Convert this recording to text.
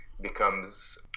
becomes